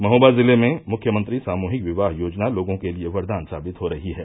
महोबा जिले में मुख्यमंत्री सामूहिक विवाह योजना लोगों के लिये वरदान सावित हो रही है